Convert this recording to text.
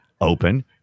open